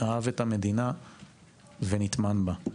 אהב את המדינה ונטמן בה.